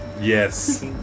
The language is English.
Yes